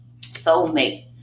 Soulmate